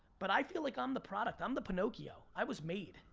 but i feel like i'm the product, i'm the pinocchio, i was made.